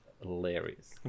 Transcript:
Hilarious